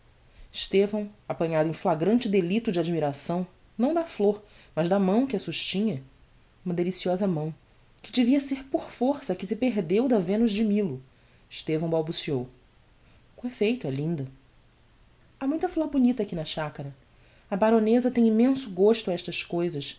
estevão apanhado em flagrante delicto de admiração não da flor mas da mão que a sustinha uma deliciosa mão que devia ser por força a que se perdeu da venus de milo estevão balbuciou com effeito é linda ha muita flor bonita aqui na chacara a baroneza tem immenso gesto a estas cousas